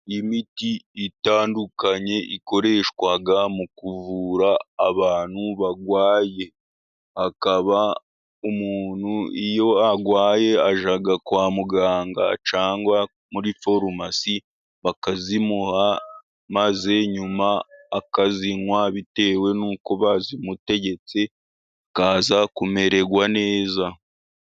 Imiti itandukanye ikoreshwa mu kuvura abantu barwaye. Akaba umuntu iyo arwaye ajya kwa muganga cyangwa muri farumasi, bakayimuha maze nyuma akayinywa bitewe n'uko bayimutegetse akaza kumererwa neza.